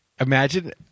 Imagine